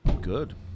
Good